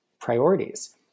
priorities